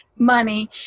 money